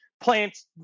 plants